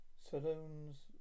Salon's